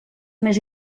més